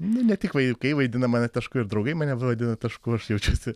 ne ne tik vaikai vaidina mane tašku ir draugai mane vadina tašku aš jaučiuosi